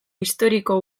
historiko